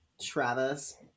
Travis